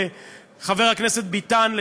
חבר הכנסת ביטן,